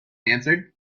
answered